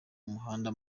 umuhanda